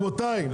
רבותיי,